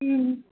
మ్మ్